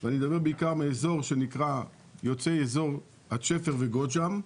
ואני מדבר בעיקר יוצאי אזור שנקרא 'אדשפר' ו'גודשהם'